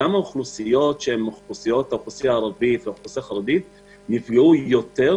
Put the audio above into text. גם האוכלוסיות שהן האוכלוסייה הערבית והאוכלוסייה החרדית נפגעו יותר,